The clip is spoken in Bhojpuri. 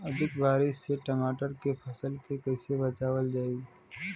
अधिक बारिश से टमाटर के फसल के कइसे बचावल जाई?